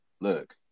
look